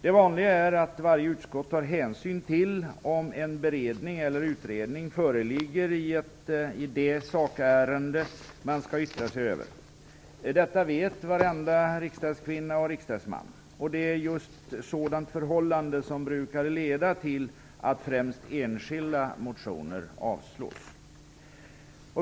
Det vanliga är att varje utskott tar hänsyn till om en beredning eller utredning föreligger i det sakärende man skall yttra sig över. Detta vet varenda riksdagskvinna och riksdagsman. Det är just ett sådant förhållande som brukar leda till att främst enskilda motioner avslås.